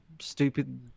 stupid